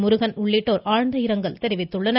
முருகன் உள்ளிட்டோர் ஆழ்ந்த இரங்கல் தெரிவித்துள்ளனர்